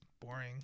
boring